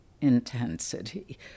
intensity